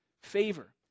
favor